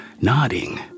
nodding